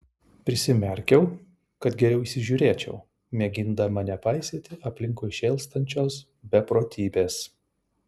prisimerkiau kad geriau įsižiūrėčiau mėgindama nepaisyti aplinkui šėlstančios beprotybės